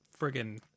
friggin